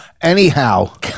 Anyhow